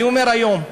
אני אומר היום,